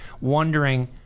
wondering